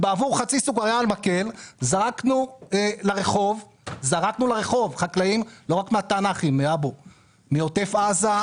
בעבור חצי סוכריה על מקל זרקנו לרחוב חקלאים מעוטף עזה,